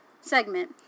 segment